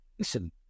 Listen